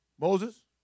Moses